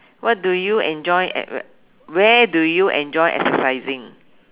what do you enjoy at where where do you enjoy exercising